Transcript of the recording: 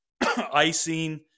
icing